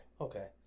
Okay